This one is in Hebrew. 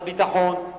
לביטחון,